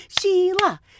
Sheila